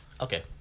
Okay